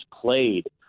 played